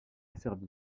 serbie